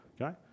okay